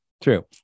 True